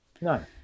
no